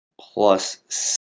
Plus